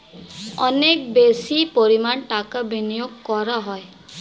অনেক বেশি পরিমাণ টাকা বিনিয়োগ করা হয়